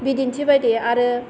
बिदिन्थिबादि आरो